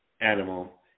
animal